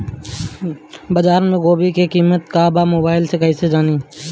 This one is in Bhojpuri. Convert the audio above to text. बाजार में गोभी के कीमत का बा मोबाइल से कइसे जानी?